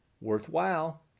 worthwhile